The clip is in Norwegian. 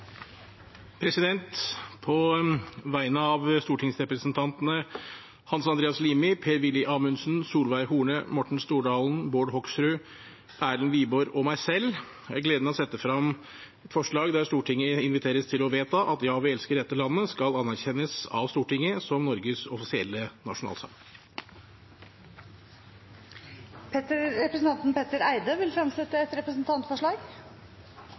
På vegne av stortingsrepresentantene Hans Andreas Limi, Per-Willy Amundsen, Solveig Horne, Morten Stordalen, Bård Hoksrud, Erlend Wiborg og meg selv har jeg gleden av å sette frem et forslag der Stortinget inviteres til å vedta at «Ja, vi elsker dette landet» skal anerkjennes av Stortinget som Norges offisielle nasjonalsang. Representanten Petter Eide vil fremsette et representantforslag.